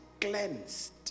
cleansed